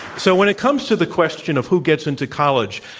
so when it comes to the question of, who gets into college?